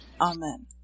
Amen